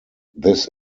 this